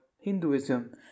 Hinduism